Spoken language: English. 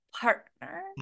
partner